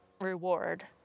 reward